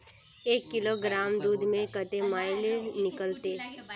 एक किलोग्राम दूध में कते मलाई निकलते?